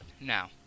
Now